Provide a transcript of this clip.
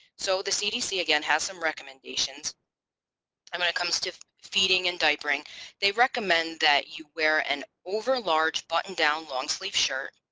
so the cdc again has some recommendations when i mean it comes to feeding and diapering they recommend that you wear an over large button-down long-sleeve shirt,